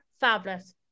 fabulous